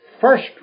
first